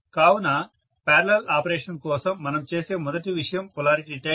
కావున parallel operation కోసం మనం చేసే మొదటి విషయం పొలారిటీ టెస్ట్